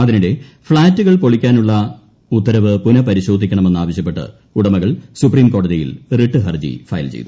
അതിനിടെ ഫ്ളാറ്റുകൾ പൊളിക്കാനുള്ള ഉത്തരവ് പുനപരിശോധിക്കണമെന്ന് ആവശ്യപ്പെട്ട് ഉട്ടമുകൾ സുപ്രീംകോടതിയിൽ റിട്ട് ഹർജി ഫയൽ ചെയ്തു